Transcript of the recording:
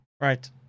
Right